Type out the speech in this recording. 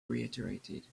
reiterated